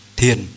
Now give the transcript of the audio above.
thiền